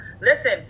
Listen